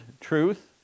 truth